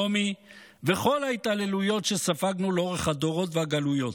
רומי וכל ההתעללויות שספגנו לאורך הדורות והגלויות.